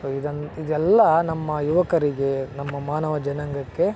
so ಇದನ್ನು ಇದೆಲ್ಲ ನಮ್ಮ ಯುವಕರಿಗೆ ನಮ್ಮ ಮಾನವ ಜನಾಂಗಕ್ಕೆ